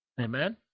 Amen